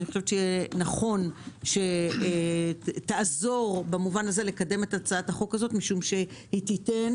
נכון שתעזור לקדם את הצעת החוק הזו כי היא תיתן